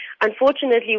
Unfortunately